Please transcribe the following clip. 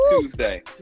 Tuesday